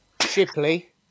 Shipley